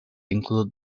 include